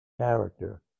character